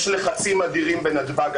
יש לחצים אדירים בנתב"ג,